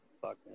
Fuck